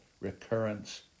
recurrence